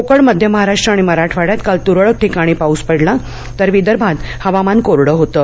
कोकण मध्य महाराष्ट्र आणि मराठवाङ्यात काल तुरळक ठिकाणी पाऊस पडला तर विदर्भात हवामान कोरडं होतं